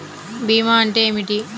భీమా అంటే ఏమిటి?